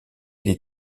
des